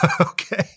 Okay